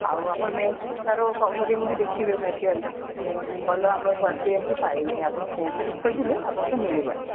ଆଉ ଆପଣ ତା'ର କଭରିଙ୍ଗ ବି ଦେଖିବେ ମ୍ୟାଟେରିଆଲ୍ଟା ଭଲ ଆମର କ୍ଵାଲିଟି ଏମିତି ପାଇବେନି ଆପଣ କେଉଁଠି ବି ଖୋଜିଲେ ଆପଣଙ୍କୁ ମିଳିବନି